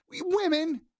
Women